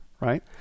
right